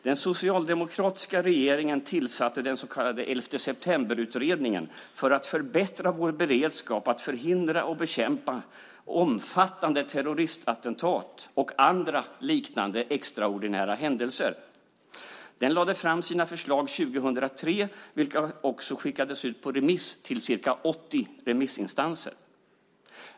Den socialdemokratiska regeringen tillsatte den så kallade 11 september-utredningen för att förbättra vår beredskap att förhindra och bekämpa omfattande terroristattentat och andra liknande extraordinära händelser. Den lade fram sina förslag 2003. De skickades också ut på remiss till ca 80 remissinstanser.